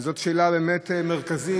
וזאת שאלה באמת מרכזית,